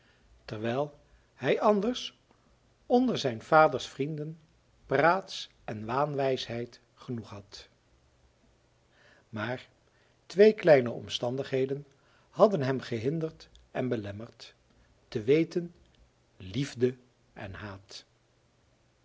terwijl hij anders onder zijn vaders vrienden praats en waanwijsheid genoeg had maar twee kleine omstandigheden hadden hem gehinderd en belemmerd te weten liefde en haat